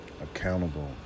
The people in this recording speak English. accountable